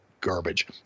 garbage